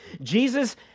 Jesus